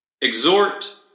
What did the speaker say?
Exhort